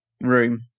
Room